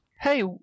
Hey